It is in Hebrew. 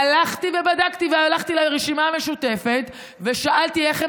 הלכתי ובדקתי, הלכתי לרשימה המשותפת ושאלתי איך הם